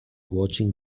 watching